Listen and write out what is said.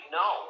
no